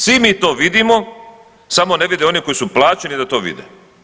Svi mi to vidimo, samo ne vide oni koji su plaćeni da to vide.